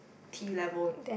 ~ty level